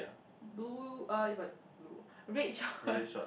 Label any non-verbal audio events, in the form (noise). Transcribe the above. blue uh but blue red shorts (laughs)